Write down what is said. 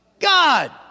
God